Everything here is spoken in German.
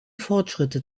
fortschritte